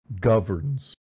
governs